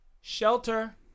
shelter